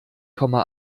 komma